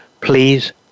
please